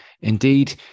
indeed